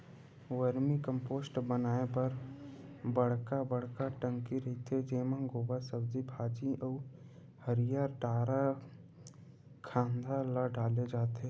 vermi compost बनाए बर बड़का बड़का टंकी रहिथे जेमा गोबर, सब्जी भाजी अउ हरियर डारा खांधा ल डाले जाथे